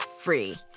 free